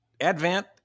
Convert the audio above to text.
Advent